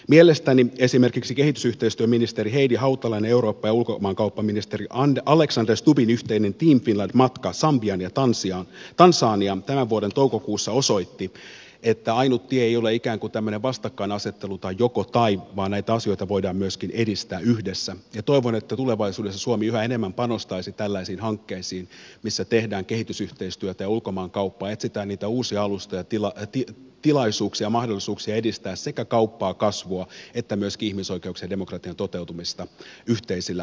mielestäni esimerkiksi kehitysyhteistyöministeri heidi hautalan ja eurooppa ja ulkomaankauppaministeri alexander stubbin yhteinen team finland matka sambiaan ja tansaniaan tämän vuoden toukokuussa osoitti että ainut tie ei ole ikään kuin tämmöinen vastakkainasettelu tai jokotai vaan näitä asioita voidaan myöskin edistää yhdessä ja toivon että tulevaisuudessa suomi yhä enemmän panostaisi tällaisiin hankkeisiin missä tehdään kehitysyhteistyötä ja ulkomaankauppaa etsitään niitä uusia alustoja ja tilaisuuksia mahdollisuuksia edistää sekä kauppaa kasvua että myöskin ihmisoikeuksien ja demokratian toteutumista yhteisillä hankkeilla